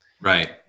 Right